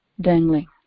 dangling